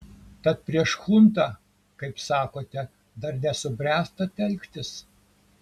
tad prieš chuntą kaip sakote dar nesubręsta telktis